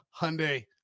Hyundai